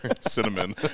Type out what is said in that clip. cinnamon